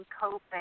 cope